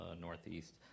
northeast